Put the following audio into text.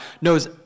knows